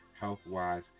health-wise